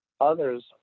others